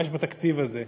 מה יש בתקציב הזה.